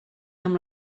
amb